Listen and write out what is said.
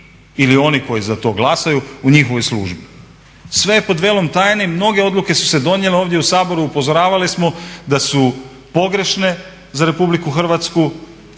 ili oni koji za to glasuju u njihovoj službi. Sve je pod velom tajne. Mnoge odluke su se donijele ovdje u Saboru upozoravali smo da su pogrešne za RH kao